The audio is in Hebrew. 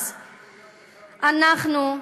אז אנחנו,